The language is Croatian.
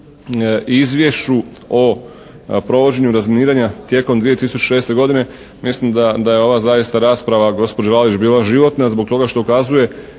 Izjvešću o provođenju razminiranja tijekom 2006. godine mislim da je ova zaista rasprava gospođo Alić bila životna zbog toga što ukazuje